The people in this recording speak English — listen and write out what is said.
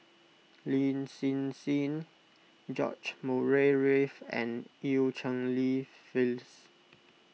Lin Hsin Hsin George Murray Reith and Eu Cheng Li Phyllis